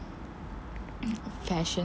fashion